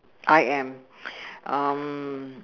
I am um